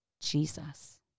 Jesus